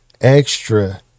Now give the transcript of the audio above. extra